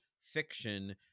fiction